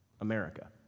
America